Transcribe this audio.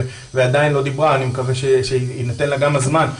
ועדיין לא דיברה ואני מקווה שיינתן לה גם הזמן,